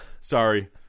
Sorry